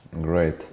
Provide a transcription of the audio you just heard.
Great